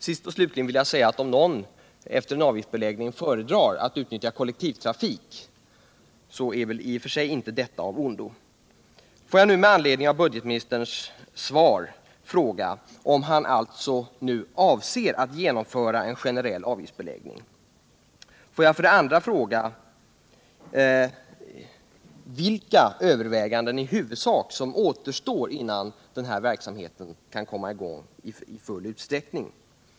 Sist och slutligen vill jag säga att om någon efter en avgiftsbeläggning föredrar att utnyttja kollektivtrafiken, är väl detta i och för sig inte av ondo. Får jag nu för det första med anledning av budgetministerns svar fråga om han avser att genomföra en generell avgiftsbeläggning. Får jag för det andra fråga vilka överväganden i huvudsak som återstår innan den här verksamheten kan komma i gång i full utsträckning.